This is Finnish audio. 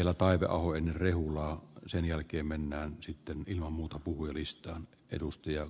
pitänyt ehkä olla tässäkin